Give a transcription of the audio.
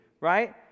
right